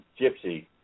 gypsy